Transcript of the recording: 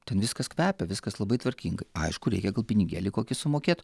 ten viskas kvepia viskas labai tvarkingai aišku reikia gal pinigėlį kokį sumokėt